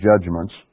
judgments